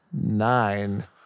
nine